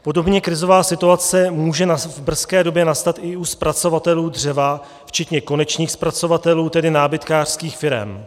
Podobně krizová situace může v brzké době nastat i u zpracovatelů dřeva včetně konečných zpracovatelů, tedy nábytkářských firem.